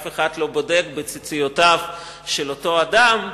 אף אחד לא בודק בציציותיו של אותו אדם,